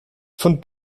von